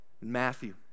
Matthew